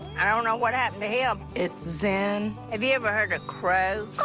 i don't know what happened to him. it's zen. have you ever heard a crow?